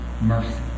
mercy